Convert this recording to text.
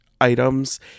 items